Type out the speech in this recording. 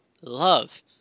love